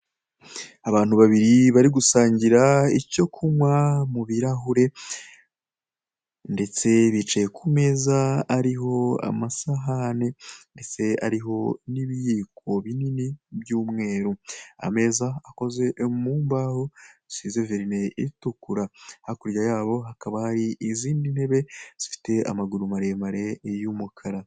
Abantu babiri bari gusangira icyo kunywa mu birahure ndetse bicaye ku meza ariho amasahani ndetse ariho n'ibiyiko binini by'umweru ameza akozwe mu mbaho zisize verine itukura hakurya yabo hakaba hari izindi ntebe zifite amaguru maremare y'umukara.